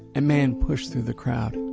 a man pushed through the crowd.